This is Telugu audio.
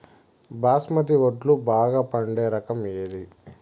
బాస్మతి వడ్లు బాగా పండే రకం ఏది